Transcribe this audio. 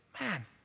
man